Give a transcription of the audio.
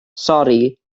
sori